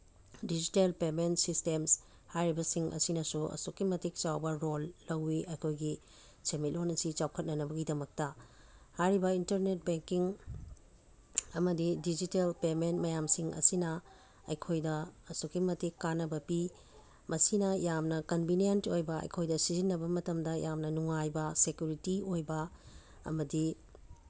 digital payment systems ꯍꯥꯏꯔꯤꯕꯁꯤꯡ ꯑꯁꯤꯅꯁꯨ ꯑꯁꯨꯛꯀꯤ ꯃꯇꯤꯛ ꯆꯥꯎꯕ ꯔꯣꯜ ꯂꯧꯋꯤ ꯑꯩꯈꯣꯏꯒꯤ ꯁꯦꯟꯃꯤꯠꯂꯣꯜ ꯑꯁꯤ ꯆꯥꯎꯈꯠꯅꯅꯕꯒꯤꯗꯃꯛꯇ ꯍꯥꯏꯔꯤꯕ ꯏꯟꯇꯔꯅꯦꯠ ꯕꯦꯡꯀꯤꯡ ꯑꯃꯗꯤ ꯗꯤꯖꯤꯇꯦꯜ ꯄꯦꯃꯦꯟ ꯃꯌꯥꯝꯁꯤꯡ ꯑꯁꯤꯅ ꯑꯩꯈꯣꯏꯗ ꯑꯁꯨꯛꯀꯤ ꯃꯇꯤꯛ ꯀꯥꯟꯅꯕ ꯄꯤ ꯃꯁꯤꯅ ꯌꯥꯝꯅ ꯀꯟꯕꯤꯅꯦꯟ ꯑꯣꯏꯕ ꯑꯩꯈꯣꯏꯗ ꯁꯤꯖꯤꯟꯅꯕ ꯃꯇꯝꯗ ꯌꯥꯝꯅ ꯅꯨꯡꯉꯥꯏꯕ ꯁꯦꯀꯨꯔꯤꯇꯤ ꯑꯣꯏꯕ ꯑꯃꯗꯤ